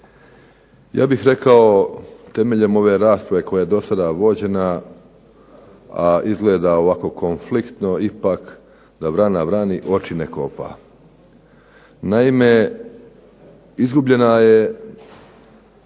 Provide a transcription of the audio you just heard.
Ja bih rekao temeljem ove rasprave koja je do sada vođena, a izgleda ovako konfliktno ipak da vrana vrani oči ne kopa. Naime izgubljena je